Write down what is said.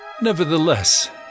Nevertheless